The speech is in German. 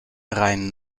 rhein